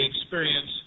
experience